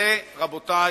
רבותי,